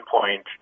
point